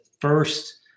first